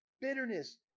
bitterness